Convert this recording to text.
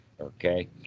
Okay